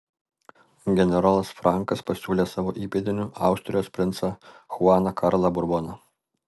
generolas frankas pasiūlė savo įpėdiniu austrijos princą chuaną karlą burboną